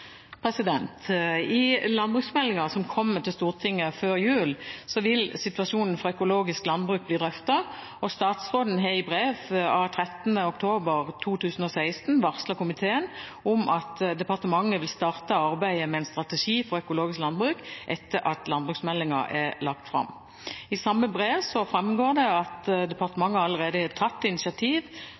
I landbruksmeldingen som kommer til Stortinget før jul, vil situasjonen for økologisk landbruk bli drøftet, og statsråden har i brev av 13. oktober 2016 varslet komiteen om at departementet vil starte arbeidet med en strategi for økologisk landbruk etter at landbruksmeldingen er lagt fram. I samme brev framgår det at departementet allerede har tatt initiativ